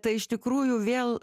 tai iš tikrųjų vėl